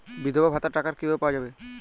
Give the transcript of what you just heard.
বিধবা ভাতার টাকা কিভাবে পাওয়া যাবে?